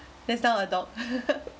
next time a dog